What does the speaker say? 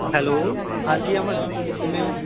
hello ਹਾਂਜੀ ਅਮਨ ਕਿਵੇਂ ਹੋ